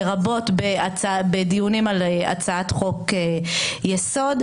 לרבות בדיונים על הצעת חוק-יסוד,